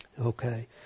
Okay